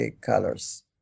colors